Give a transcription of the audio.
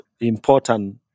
important